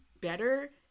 better